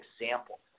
example